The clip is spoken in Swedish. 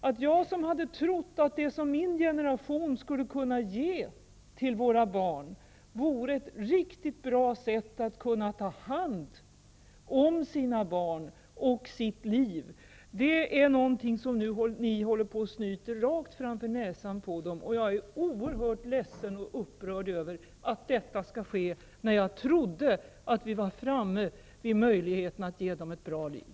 Det som jag trodde att min generation skulle kunna ge våra barn, nämligen en riktigt god möjlighet att ta hand om sina barn och sitt liv, snyter ni dem på nu rakt framför näsan. Jag är oerhört ledsen för och upprörd över att detta skall behöva ske när jag trodde att vi var framme vid möjligheten att ge dem ett gott liv.